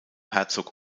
herzog